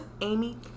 Amy